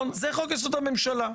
זה חוק-יסוד הממשלה.